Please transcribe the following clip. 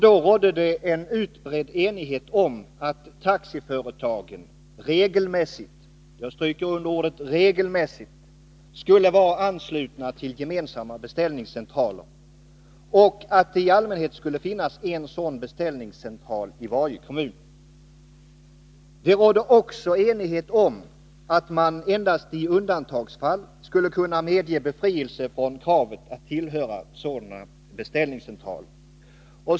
Då rådde det en utbredd enighet om att taxiföretagen regelmässigt skulle vara anslutna till gemensamma beställningscentraler och att det i allmänhet skulle finnas en sådan beställningscentral i varje kommun. Det rådde enighet också om att man endast i undantagsfall skulle kunna medge befrielse från kravet på att tillhöra sådana beställningscentraler.